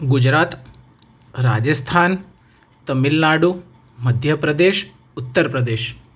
Gujarat Rajasthan Tamil Nadu Madhya Pradesh Uttar Pradesh